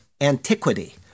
antiquity